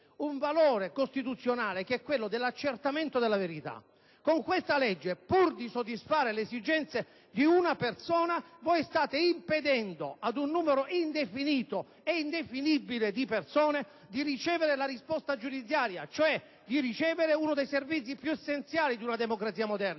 un valore costituzionale, che è quello dell'accertamento della verità. Con questa legge, pur di soddisfare le esigenze di una persona, voi state impedendo ad un numero indefinito e indefinibile di persone di ricevere la risposta giudiziaria, cioè uno dei servizi più essenziali della democrazia moderna: